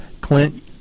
Clint